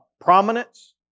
prominence